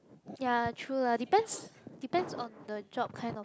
ya true lah depends depends on the job kind of